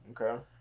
Okay